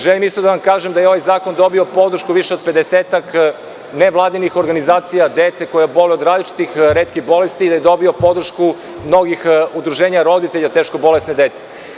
Želim isto da kažem da je ovaj zakon dobio podršku više od pedesetak nevladinih organizacija dece koja boluju od različitih bolesti i da je dobio podršku mnogih udruženja roditelja teško bolesne dece.